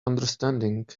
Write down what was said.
understanding